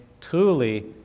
truly